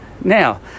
Now